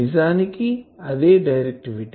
నిజానికి అదే డైరెక్టివిటీ